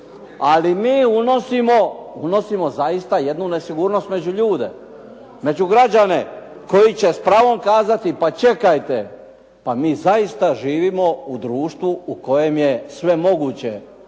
unosimo, unosimo zaista jednu nesigurnost među ljude, među građane koji će s pravom kazati pa čekajte, pa mi zaista živimo u društvu u kojem je sve moguće,